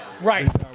Right